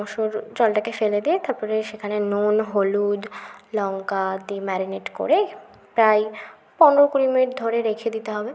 মাংসর জলটাকে ফেলে দিয়ে তারপরে সেখানে নুন হলুদ লঙ্কা দিয়ে ম্যারিনেট করে প্রায় পনেরো কুড়ি মিনিট ধরে রেখে দিতে হবে